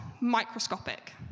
microscopic